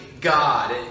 God